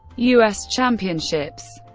u s. championships